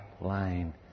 line